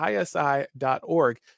ISI.org